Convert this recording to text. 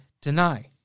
deny